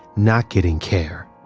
not getting care.